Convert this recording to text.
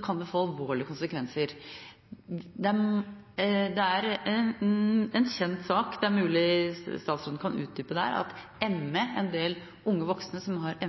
kan det få alvorlige konsekvenser. Det er en kjent sak – det er mulig statsråden kan utdype dette – at hos en del unge voksne som har